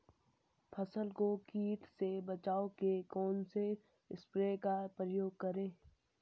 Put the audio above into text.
फसल को कीट से बचाव के कौनसे स्प्रे का प्रयोग करें?